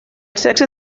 sexe